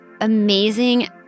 amazing